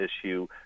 issue